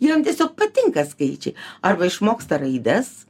jiem tiesiog patinka skaičiai arba išmoksta raides